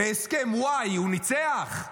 בהסכם וואי הוא ניצח?